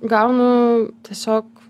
gaunu tiesiog